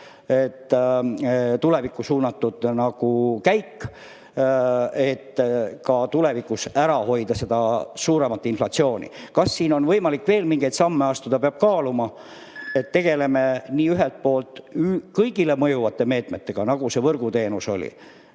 tulevikku suunatud käik, et tulevikuski ära hoida suuremat inflatsiooni. Kas siin on võimalik veel mingeid samme astuda? Seda peab kaaluma. Kas tegeleme ühelt poolt kõigile mõjuvate meetmetega, nagu oli võrguteenuse